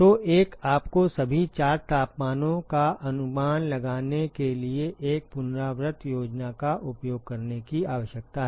तो एक आपको सभी 4 तापमानों का अनुमान लगाने के लिए एक पुनरावृत्त योजना का उपयोग करने की आवश्यकता है